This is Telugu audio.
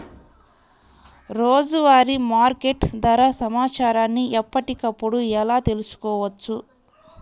రోజువారీ మార్కెట్ ధర సమాచారాన్ని ఎప్పటికప్పుడు ఎలా తెలుసుకోవచ్చు?